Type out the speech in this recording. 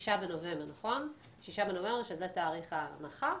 ה-6 בנובמבר, שזה תאריך ההנחה.